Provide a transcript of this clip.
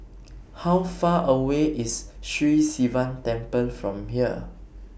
How Far away IS Sri Sivan Temple from here